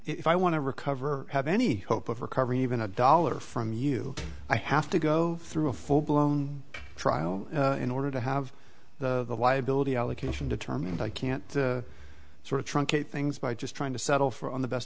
f i want to recover have any hope of recovering even a dollar from you i have to go through a full blown trial in order to have the liability allocation determined i can't sort of truncate things by just trying to settle for on the best